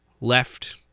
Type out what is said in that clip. left